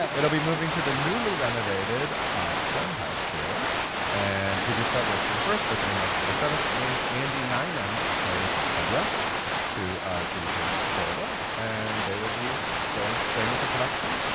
it'll be moving to the newly renovated playhouse theatre and previews start march twenty first, opening march twenty seventh, and andy nyman plays tevye, ah to judy kuhn's golde, ah and they will be going, staying with the production.